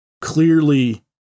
clearly